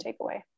takeaway